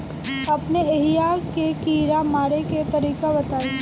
अपने एहिहा के कीड़ा मारे के तरीका बताई?